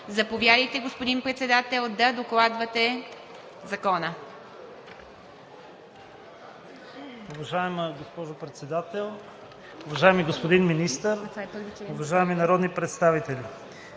Заповядайте, господин Председател, да докладвате Закона.